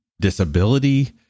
disability